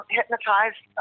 Hypnotized